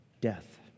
death